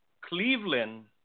Cleveland